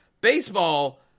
Baseball